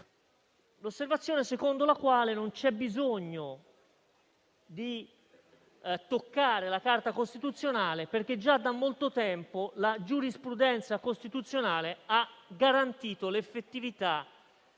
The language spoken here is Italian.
convinto. Secondo quest'ultima non c'è bisogno di toccare la Carta costituzionale, perché già da molto tempo la giurisprudenza costituzionale ha garantito l'effettiva